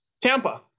Tampa